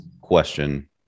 question